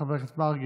חבר הכנסת מרגי,